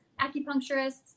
acupuncturists